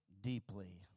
deeply